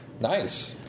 Nice